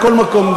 בכל מקום,